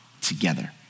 together